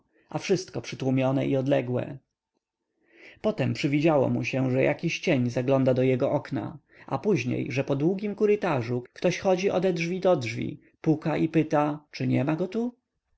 a wszystko przytłumione i odległe potem przywidziało mu się że jakiś cień zagląda do jego okna a później że po długim kurytarzu ktoś chodzi ode drzwi do drzwi puka i pyta czy niema go tu